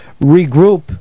regroup